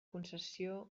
concessió